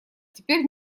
теперь